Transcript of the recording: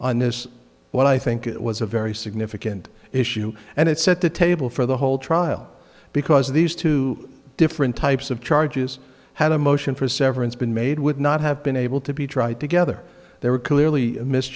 on this one i think it was a very significant issue and it set the table for the whole trial because these two different types of charges had a motion for severance been made would not have been able to be tried together they were clearly miss